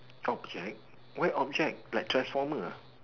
object why object like transformer ah